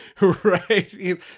Right